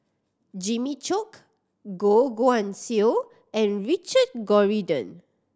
Jimmy Chok Goh Guan Siew and Richard Corridon